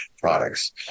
products